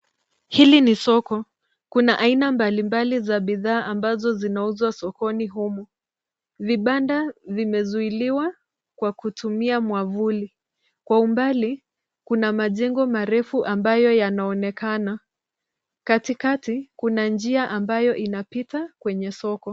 Hili ni soko. Kuna aina mbalimbali za bidhaa ambazo zinauzwa sokoni humu. Vibanda vimezuiliwa kwa kutumia mwavuli. Kwa umbali kuna majengo marefu ambayo yanaonekana. Katikati kuna njia ambayo imepita kwenye soko.